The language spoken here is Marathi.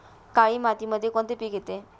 काळी मातीमध्ये कोणते पिके येते?